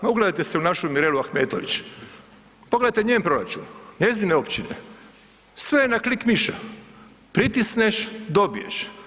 Ma ugledajte se u našu Mirelu Ahmetović, progledajte njen proračun njezine općine, sve je na klik miša, pritisneš dobiješ.